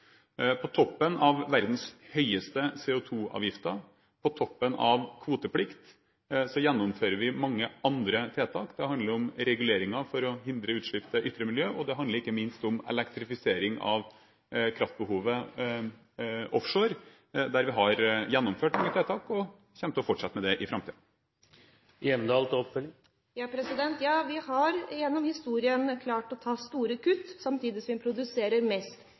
På toppen av verdens høyeste CO2-avgifter og på toppen av kvoteplikt gjennomfører vi mange andre tiltak. Det handler om reguleringen for å hindre utslipp til ytre miljø, og det handler ikke minst om elektrifisering av kraftbehovet offshore, der vi har gjennomført tiltak og kommer til å fortsette med det i framtiden. Ja, vi har gjennom historien klart å ta store kutt, samtidig som vi produserer mest.